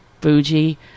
Fuji